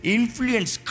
Influence